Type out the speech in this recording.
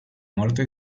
muerto